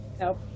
Nope